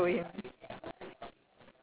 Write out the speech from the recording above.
what a nasty kid